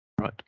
Right